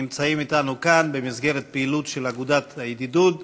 שנמצאים אתנו כאן במסגרת פעילות של אגודת הידידות.